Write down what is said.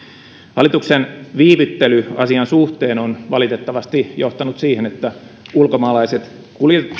hallituksen viivyttely asian suhteen on valitettavasti johtanut siihen että ulkomaalaiset